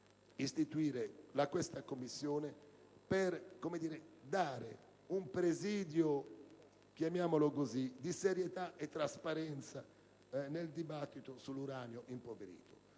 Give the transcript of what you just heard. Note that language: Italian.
istituire una Commissione per dare un presidio di serietà e trasparenza nel dibattito sull'uranio impoverito.